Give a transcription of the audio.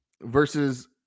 Versus